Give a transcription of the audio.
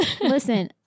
Listen